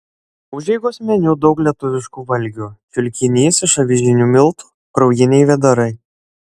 užeigos meniu daug lietuviškų valgių čiulkinys iš avižinių miltų kraujiniai vėdarai